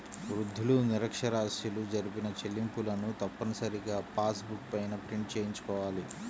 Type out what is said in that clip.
వృద్ధులు, నిరక్ష్యరాస్యులు జరిపిన చెల్లింపులను తప్పనిసరిగా పాస్ బుక్ పైన ప్రింట్ చేయించుకోవాలి